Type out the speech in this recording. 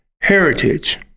heritage